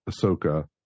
Ahsoka